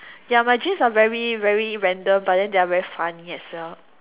ya my dreams are very very random but then they are very funny as well